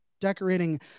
decorating